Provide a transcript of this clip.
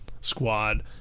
squad